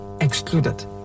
excluded